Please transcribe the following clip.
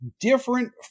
different